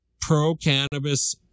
pro-cannabis